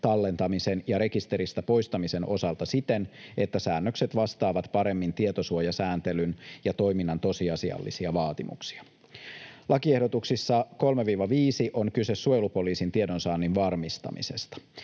tallentamisen ja rekisteristä poistamisen osalta siten, että säännökset vastaavat paremmin tietosuojasääntelyn ja toiminnan tosiasiallisia vaatimuksia. Lakiehdotuksissa 3—5 on kyse suojelupoliisin tiedonsaannin varmistamisesta.